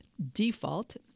default